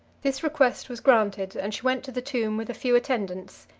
this request was granted and she went to the tomb with a few attendants,